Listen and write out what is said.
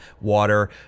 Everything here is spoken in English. water